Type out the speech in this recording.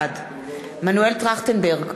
בעד מנואל טרכטנברג,